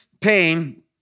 pain